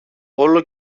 όλο